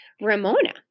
Ramona